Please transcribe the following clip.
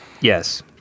Yes